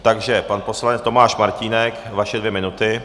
Takže pan poslanec Tomáš Martínek, vaše dvě minuty.